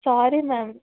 sorry ma'am